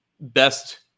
best